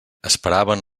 esperaven